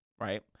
right